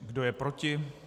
Kdo je proti?